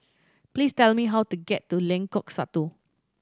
please tell me how to get to Lengkok Satu